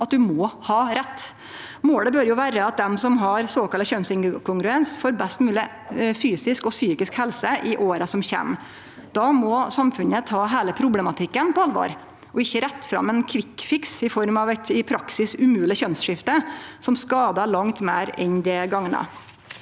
at ein må ha rett. Målet bør jo vere at dei som har såkalla kjønnsinkongruens, får best mogleg fysisk og psykisk helse i åra som kjem. Då må samfunnet ta heile problematikken på alvor og ikkje rette fram ein kvikkfiks i form av eit i praksis umogleg kjønnsskifte som skadar langt meir enn det gagnar.